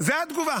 זו התגובה.